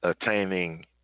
attaining